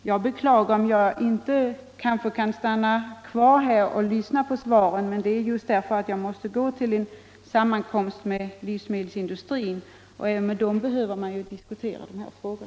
Jag beklagar att jag inte kan stanna kvar i kammaren och lyssna på hela debatten. Det är därför att jag måste gå till en sammankomst med livsmedelsindustrin. Även med dess representanter behöver man diskutera dessa frågor.